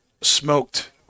smoked